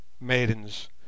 maidens